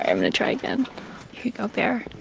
going to try again. here you go, bear